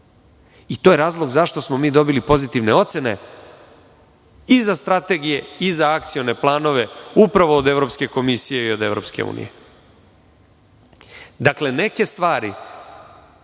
je razlog zašto smo mi dobili pozitivne ocene i za strategije i za akcione planove upravo od Evropske komisije i EU.Dakle, neke stvari